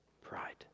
pride